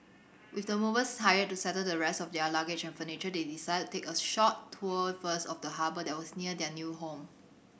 with the movers hired to settle the rest of their luggage and furniture they decided to take a short tour first of the harbour that was near their new home